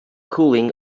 cooling